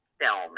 film